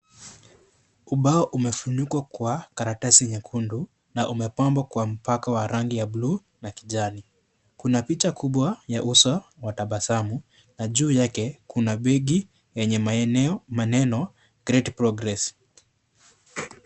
Ubao umefunikwa kwa karatasi nyekundu na umepambwa kwa mpaka wa rangi ya blu na kijani . Kuna picha kubwa ya uso wa tabasamu na juu yake kuna begi yenye maeneo maneno great progress .